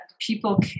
people